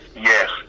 yes